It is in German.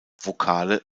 vokale